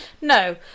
No